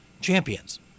champions